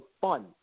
fun